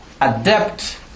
adapt